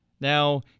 Now